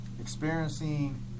experiencing